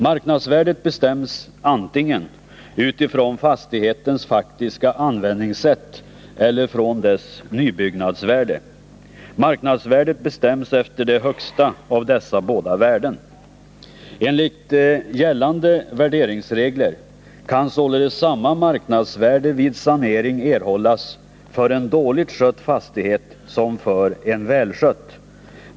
Marknadsvärdet bestäms antingen utifrån fastighetens faktiska användningssätt eller från dess nybyggnadsvärde. Marknadsvärdet bestäms efter det högsta av dessa båda värden. Enligt gällande värderingsregler kan således vid sanering samma marknadsvärde erhållas för en dåligt skött fastighet som för en välskött.